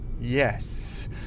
Yes